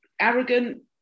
arrogant